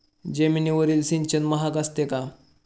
जमिनीवरील सिंचन महाग असते का?